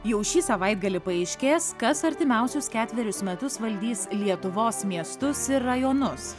jau šį savaitgalį paaiškės kas artimiausius ketverius metus valdys lietuvos miestus ir rajonus